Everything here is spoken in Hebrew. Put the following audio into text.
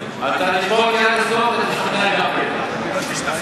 אתה תשמע אותי עד הסוף ותשתכנע גם כן.